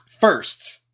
first